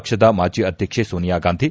ಪಕ್ಷದ ಮಾಜಿ ಅಧ್ಯಕ್ಷೆ ಸೋನಿಯಾಗಾಂಧಿ